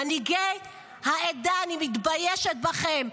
מנהיגי העדה, אני מתביישת בכם.